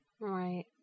Right